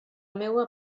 meua